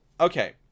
Okay